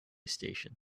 station